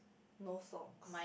no socks